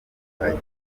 canada